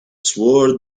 swore